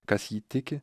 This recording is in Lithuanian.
kas įtiki